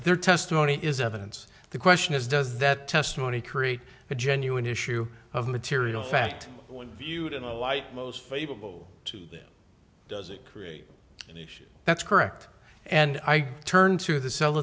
their testimony is evidence the question is does that testimony create a genuine issue of material fact when viewed in the light most favorable to them does it create an issue that's correct and i turn to the cell